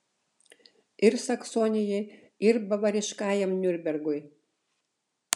ir saksonijai ir bavariškajam niurnbergui